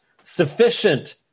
sufficient